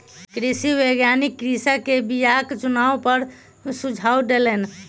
कृषि वैज्ञानिक कृषक के बीयाक चुनाव पर सुझाव देलैन